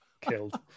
killed